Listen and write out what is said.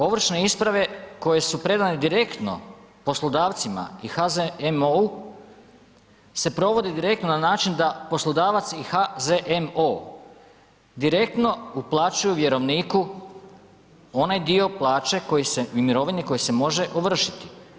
Ovršne isprave koje su predane direktno poslodavcima i HZMO-u se provede direktno na način da poslodavac i HZMO direktno uplaćuju vjerovniku onaj dio plaće koji se, i mirovine koji se može ovršiti.